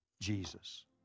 Jesus